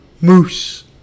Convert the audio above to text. Moose